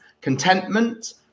contentment